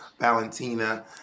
Valentina